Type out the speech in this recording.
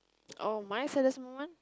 oh my saddest moment